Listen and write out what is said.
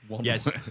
Yes